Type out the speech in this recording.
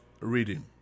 reading